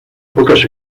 pocas